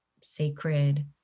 sacred